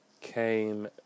came